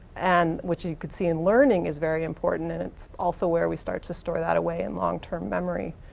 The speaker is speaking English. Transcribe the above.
and which you can see in learning is very important and it's also where we start to store that away in long-term memory.